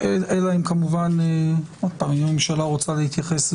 אלא אם הממשלה רוצה להתייחס,